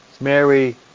Mary